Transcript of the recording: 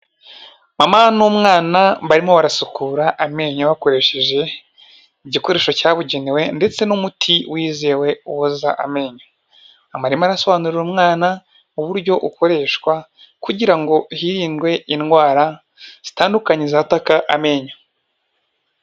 Mama n'umwana barimo barasukura amenyo bakoresheje igikoresho cyabugenewe ndetse n'umuti wizewe woza amenyo. Mama arimo arasobanurira umwana uburyo ukoreshwa kugira ngo hirindwe indwara zitandukanye zataka amenyo.